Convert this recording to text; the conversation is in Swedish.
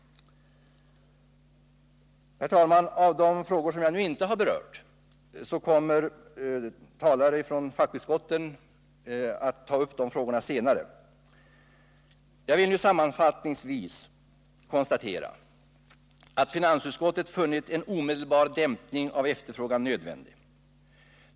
Herr talman! De frågor som jag inte har berört kommer talare från fackutskotten att ta upp senare. Jag vill sammanfattningsvis konstatera att finansutskottet funnit en omedelbar dämpning av efterfrågan nödvändig.